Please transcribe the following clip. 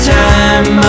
time